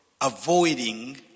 avoiding